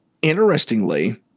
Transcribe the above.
Interestingly